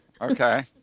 okay